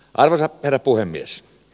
arvoisa herra puhemies